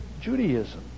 Judaism